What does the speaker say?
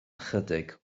ychydig